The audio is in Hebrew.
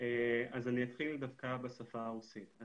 אז אני אתחיל דווקא בשפה הרוסית.